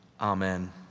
Amen